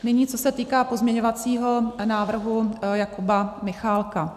Nyní, co se týká pozměňovacího návrhu Jakuba Michálka.